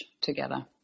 together